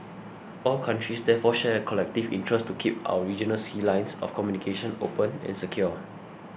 all countries therefore share a collective interest to keep our regional sea lines of communication open and secure